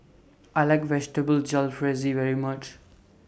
I like Vegetable Jalfrezi very much